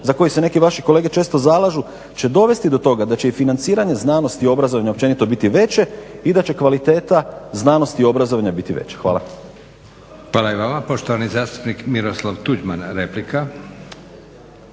za koje se neke vaše kolege često zalažu će dovesti do toga da će i financiranje, znanost i obrazovanje općenito biti veće i da će kvaliteta znanosti, obrazovanja biti veća. **Leko, Josip (SDP)** Hvala i vama. Poštovani zastupnik Miroslav Tuđman replika.